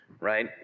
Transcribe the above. Right